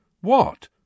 What